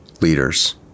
leaders